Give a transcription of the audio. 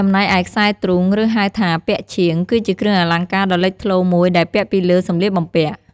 ចំណែកឯខ្សែទ្រូង ឬហៅថាពាក់ឈៀង គឺជាគ្រឿងអលង្ការដ៏លេចធ្លោមួយដែលពាក់ពីលើសម្លៀកបំពាក់។